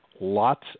Lots